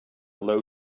low